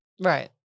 Right